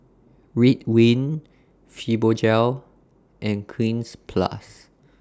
Ridwind Fibogel and Cleanz Plus